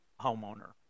homeowner